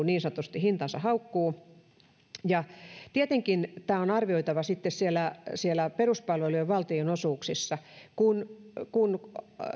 niin sanotusti hintansa haukkuu tietenkin tämä on arvioitava sitten peruspalvelujen valtionosuuksissa kun kun